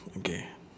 okay